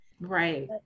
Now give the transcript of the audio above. right